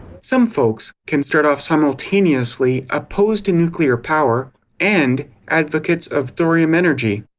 some folks can start off simultaneously opposed to nuclear power and, advocates of thorium energy.